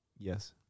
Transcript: yes